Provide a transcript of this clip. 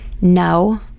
No